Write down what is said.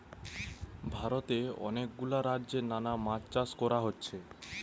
ভারতে অনেক গুলা রাজ্যে নানা মাছ চাষ কোরা হচ্ছে